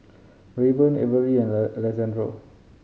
Raven Avery and Alexandro